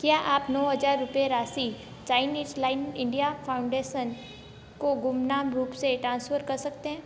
क्या आप नौ हजार रुपये राशि चाइनीज लाइन इंडिया फाउंडेशन को गुमनाम रूप से टांसफ़र कर सकते हैं